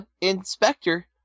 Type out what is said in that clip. Inspector